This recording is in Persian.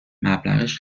مبلغش